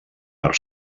per